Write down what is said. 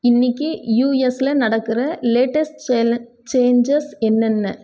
இன்றைக்கு யுஎஸ்சில் நடக்கிற லேட்டஸ்ட் சேல சேஞ்சஸ் என்னென்ன